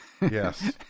yes